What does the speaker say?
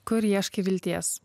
kur ieškai vilties